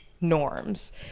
norms